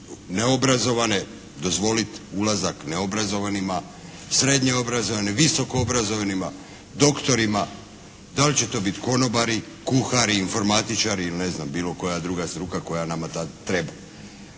neobrazovane, dozvolit ulazak neobrazovanima, srednje obrazovanim, visoko obrazovanima, doktorima, da li će to biti konobari, kuhari, informatičari ili ne znam bilo koja druga struka koja nama treba.